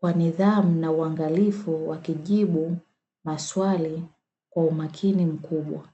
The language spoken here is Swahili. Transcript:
kwa nidhamu na uangalifu wakijibu maswali kwa umakini mkubwa.